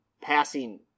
passing